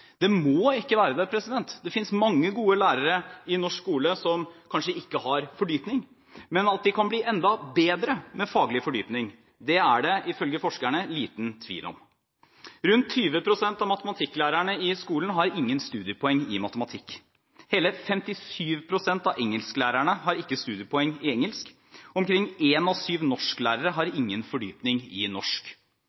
Det må ikke være det. Det finnes mange gode lærere i norsk skole som kanskje ikke har fordypning, men at de kan bli enda bedre med faglig fordypning, er det ifølge forskerne liten tvil om. Rundt 20 pst. av matematikklærerne i skolen har ingen studiepoeng i matematikk, hele 57 pst. av engelsklærerne har ikke studiepoeng i engelsk, og omkring én av syv norsklærere har